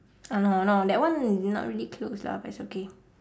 ah no no that one not really close lah but it's okay